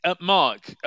Mark